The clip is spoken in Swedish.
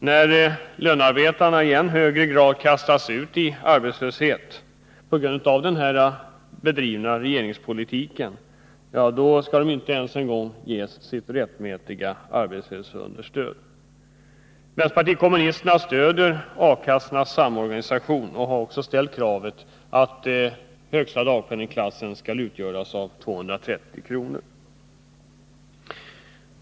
När lönarbetarna i än högre grad kastas ut i arbetslöshet på grund av den bedrivna regeringspolitiken, då skall de inte ens ges sitt rättmätiga arbetslöshetsunderstöd. Vänsterpartiet kommunisterna stöder A-kassornas samorganisation och har också ställt kravet att den högsta dagpenningen skall vara 230 kr.